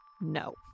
no